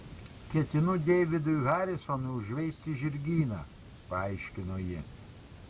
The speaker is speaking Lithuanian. ketinu deividui harisonui užveisti žirgyną paaiškino ji